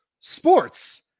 sports